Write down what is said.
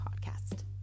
podcast